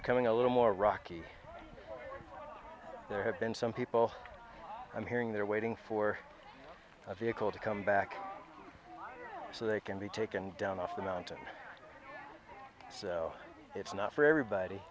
becoming a little more rocky there have been some people i'm hearing they're waiting for a vehicle to come back so they can be taken down off the mountain so it's not for everybody